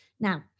Now